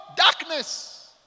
darkness